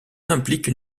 implique